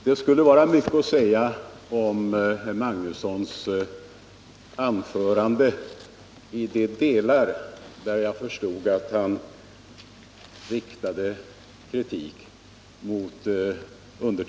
Herr talman! Det skulle vara mycket att säga om herr Arne Magnussons anförande i de delar där han, som jag förstod, riktade kritik mot mig.